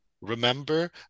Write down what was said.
Remember